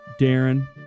Darren